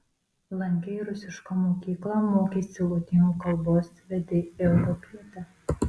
lankei rusišką mokyklą mokeisi lotynų kalbos vedei europietę